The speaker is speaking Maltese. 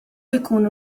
ikunu